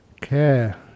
care